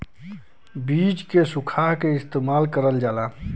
बीज के सुखा के इस्तेमाल करल जाला